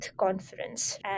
conference